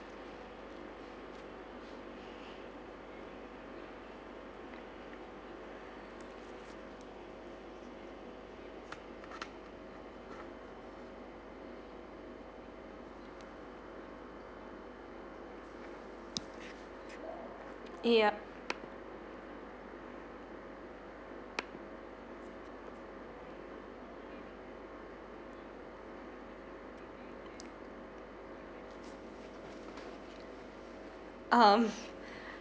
yup um